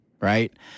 right